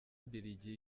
mbiligi